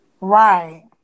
Right